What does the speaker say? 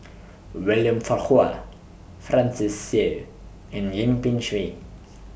William Farquhar Francis Seow and Yip Pin Xiu